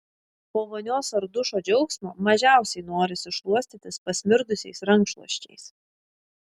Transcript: po vonios ar dušo džiaugsmo mažiausiai norisi šluostytis pasmirdusiais rankšluosčiais